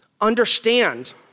understand